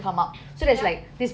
ya